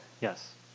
Yes